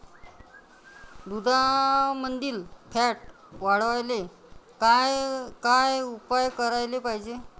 दुधामंदील फॅट वाढवायले काय काय उपाय करायले पाहिजे?